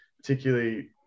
particularly